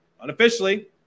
unofficially